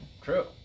true